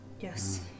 Yes